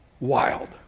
Wild